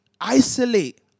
isolate